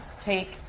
take